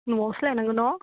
न'आवसो लायनांगौ न'